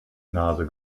nase